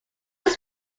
just